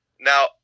Now